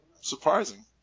Surprising